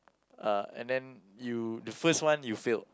uh and then you the first one you failed